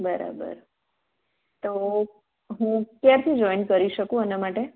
બરાબર તો હું ક્યારથી જોઇન કરી શકું એના માટે